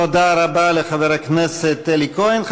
תודה רבה לחבר הכנסת אלי כהן.